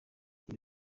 iri